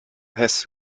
hess